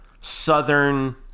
Southern